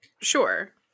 Sure